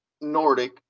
Nordic